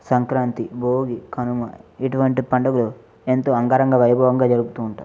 సంక్రాంతి భోగి కనుమ ఇటువంటి పండుగలు ఎంతో అంగరంగ వైభవంగా జరుపుతు ఉంటాయి